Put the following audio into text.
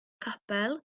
capel